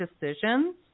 decisions